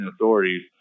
authorities